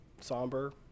somber